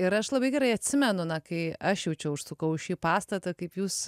ir aš labai gerai atsimenu na kai aš jau čia užsukau į šį pastatą kaip jūs